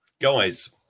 guys